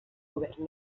govern